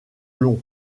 long